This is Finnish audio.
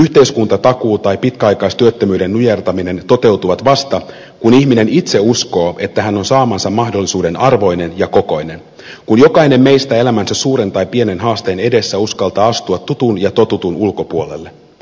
yhteiskuntatakuu tai pitkäaikaistyöttömyyden nujertaminen toteutuvat vasta kun ihminen itse uskoo että hän on saamansa mahdollisuuden arvoinen ja kokoinen kun jokainen meistä elämänsä suuren tai pienen haasteen edessä uskaltaa astua tutun ja totutun ulkopuolelle